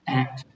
act